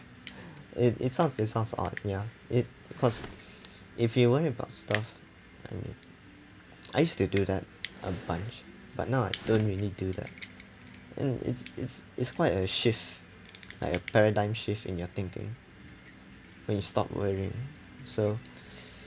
it it sounds it sounds odd ya it because if you worry about stuff I mean I used to do that a bunch but now I don't really do that and it's it's it's quite a shift like a paradigm shift in your thinking when you stop worrying so